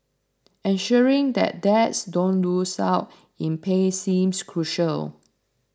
ensuring that dads don't lose out in pay seems crucial